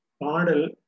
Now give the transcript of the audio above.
model